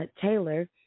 Taylor